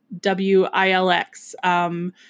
WILX